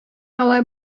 алай